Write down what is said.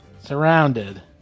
Surrounded